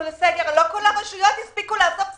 לסגר ולא כל הרשויות הספיקו לאסוף כספים.